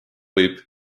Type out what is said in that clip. võib